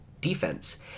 defense